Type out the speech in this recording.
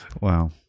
Wow